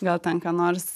gal ten ką nors